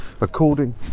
According